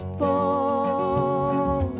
fall